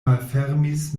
malfermis